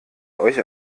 euch